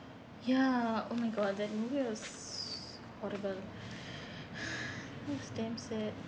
ya oh my god that movie was horrible it was damn sad